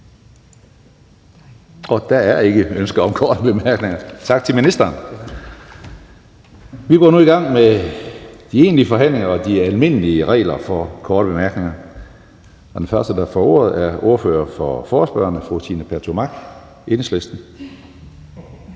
Der er ikke ønske om korte bemærkninger, så vi siger tak til ministeren. Vi går nu i gang med de egentlige forhandlinger og de almindelige regler for korte bemærkninger. Den første, der får ordet, er ordføreren for forespørgerne, fru Trine Pertou Mach, Enhedslisten.